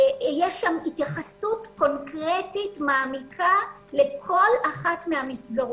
יש שם התייחסות קונקרטית מעמיקה לכל אחת מהמסגרות.